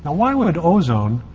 ah why would ozone